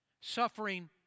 Suffering